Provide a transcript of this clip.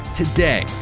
today